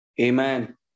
Amen